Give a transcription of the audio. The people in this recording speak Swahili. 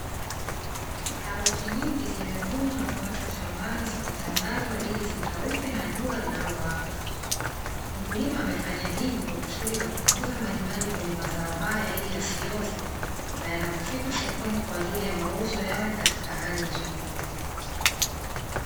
Karoti nyingi zimevunwa na kuachwa shambani zikitandazwa ili zikauke na jua linalowaka. Mkulima amefanya hivi kwa kusudi la kupunguza majimaji kwenye mazao haya ili yasioze, na yanapofika sokoni kwa ajili ya mauzo yawe katika hali nzuri.